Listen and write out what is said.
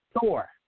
Thor